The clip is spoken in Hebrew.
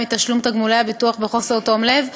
מתשלום תגמולי הביטוח בחוסר תום לב,